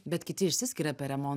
bet kiti išsiskiria per remon